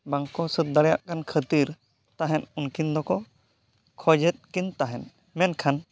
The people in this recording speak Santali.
ᱵᱟᱝ ᱠᱚ ᱥᱟᱹᱛ ᱫᱟᱲᱮᱭᱟᱜ ᱠᱷᱟᱹᱛᱤᱨ ᱛᱟᱦᱮᱸᱫ ᱩᱱᱠᱤᱱ ᱫᱚᱠᱚ ᱠᱷᱚᱡᱽ ᱮᱫ ᱠᱤᱱ ᱛᱟᱦᱮᱸᱫ ᱢᱮᱱᱠᱷᱟᱱ